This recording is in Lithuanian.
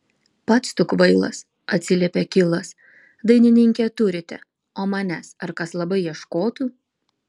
pats tu kvailas atsiliepė kilas dainininkę turite o manęs ar kas labai ieškotų